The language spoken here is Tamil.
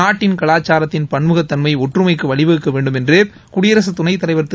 நாட்டின் கலாசாரத்தின் பன்முகத்தன்மை ஒற்றுமைக்கு வழிவகுக்க வேண்டும் என்று குடியரசுத் துணைத்தலைவர் திரு